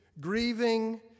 Grieving